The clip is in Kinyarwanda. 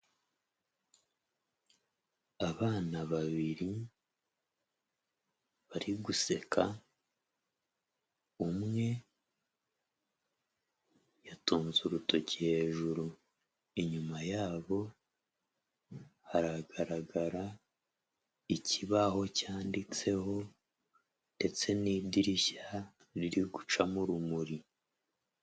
Abana babiri bari guseka, umwe yatunze urutoki hejuru, inyuma y'abo haragaragara ikibaho cyanditseho ndetse n'idirishya riri gucamo urumuri.